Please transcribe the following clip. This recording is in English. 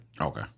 Okay